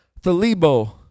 Thalibo